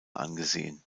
angesehen